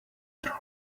drawn